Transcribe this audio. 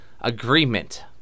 agreement